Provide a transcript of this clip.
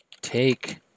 Take